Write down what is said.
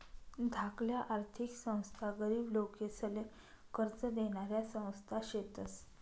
धाकल्या आर्थिक संस्था गरीब लोकेसले कर्ज देनाऱ्या संस्था शेतस